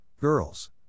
Girls